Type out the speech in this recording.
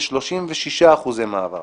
כ-36% מעבר,